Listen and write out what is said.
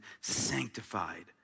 sanctified